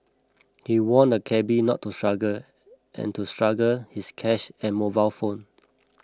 he warned the cabby not to struggle and to struggle his cash and mobile phone